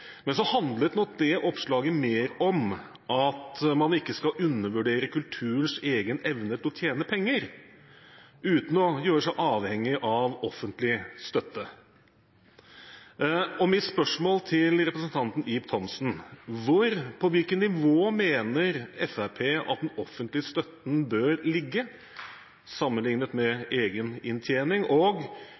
men oppslaget handlet nok mer om at man ikke skal undervurdere kulturens egen evne til å tjene penger uten å gjøre seg avhengig av offentlig støtte. Mine spørsmål til representanten Ib Thomsen er: På hvilket nivå mener Fremskrittspartiet at den offentlige støtten bør ligge sammenliknet med egeninntjening? Er det områder innenfor kulturlivet som Fremskrittspartiet mener ikke burde fått offentlig støtte, og